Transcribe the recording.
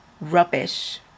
rubbish